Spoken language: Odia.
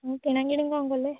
ଉଁ କିଣାକିଣି କ'ଣ କଲେ